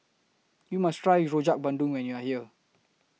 YOU must Try Rojak Bandung when YOU Are here